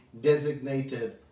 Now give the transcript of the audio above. designated